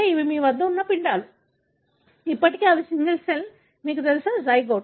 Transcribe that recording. ఇవి మీ వద్ద ఉన్న పిండాలు ఇప్పటికీ అవి సింగిల్ సెల్ మీకు తెలుసా జైగోట్